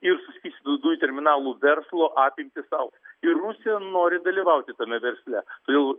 ir suskystintų dujų terminalų verslo apimtys augs ir rusija nori dalyvauti tame versle jau